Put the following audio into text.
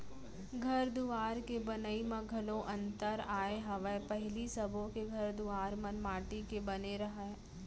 घर दुवार के बनई म घलौ अंतर आय हवय पहिली सबो के घर दुवार मन माटी के बने रहय